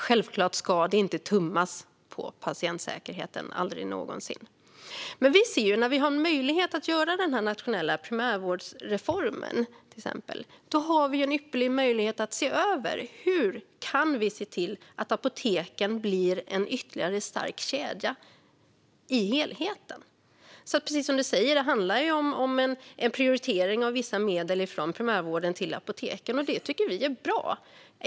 Självklart ska det inte tummas på patientsäkerheten - aldrig någonsin - men vi ser ju att det i och med den nationella primärvårdsreformen finns en ypperlig möjlighet att se över hur apoteken kan bli ytterligare en stark länk i hela kedjan. Precis som du säger, Anders, handlar det om en överflyttning av vissa medel från primärvården till apoteken. Vi tycker att det är bra.